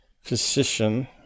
physician